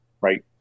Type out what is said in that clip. right